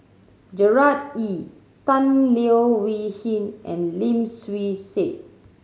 Gerard Ee Tan Leo Wee Hin and Lim Swee Say